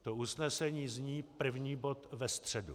To usnesení zní první bod ve středu.